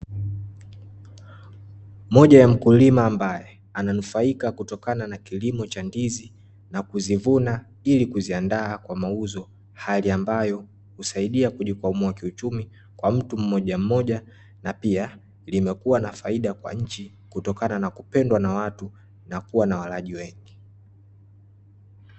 Moja ya mkulima ambae ananufaika kutokana na kilimo cha ndizi na kuzivuna ili kuziandaa kwa mauzo, hali ambayo husaidia kujikwamua kiuchumi kwa mtu mmoja mmoja na pia, limekua na faida kwa nchi kutokana na kupendwa na watu na kuwa na walaji wengi.